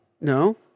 No